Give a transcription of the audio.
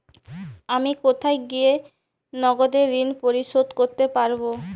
আমি কোথায় গিয়ে নগদে ঋন পরিশোধ করতে পারবো?